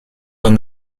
than